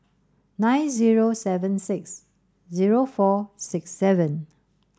nine zero seven six zero four six seven